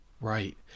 right